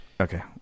okay